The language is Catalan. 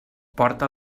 porta